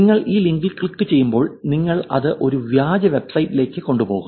നിങ്ങൾ ഈ ലിങ്കിൽ ക്ലിക്കുചെയ്യുമ്പോൾ നിങ്ങളെ അത് ഒരു വ്യാജ വെബ്സൈറ്റിലേക്ക് കൊണ്ടുപോകും